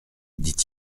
dit